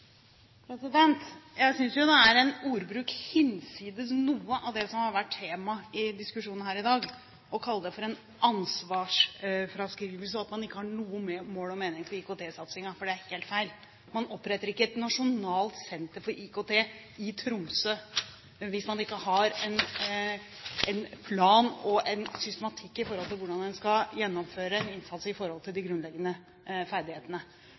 vært temaet i diskusjonen her i dag, å kalle det for en «ansvarsfraskrivelse», og at man ikke har noe mål og noen mening med IKT-satsingen. Det er helt feil. Man oppretter ikke et nasjonalt senter for IKT i Tromsø hvis man ikke har en plan og en systematikk i forhold til hvordan man skal gjennomføre en innsats når det gjelder de grunnleggende ferdighetene.